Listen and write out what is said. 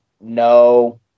no